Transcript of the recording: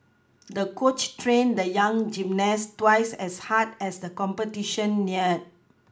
the coach trained the young gymnast twice as hard as the competition neared